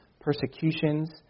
persecutions